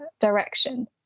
direction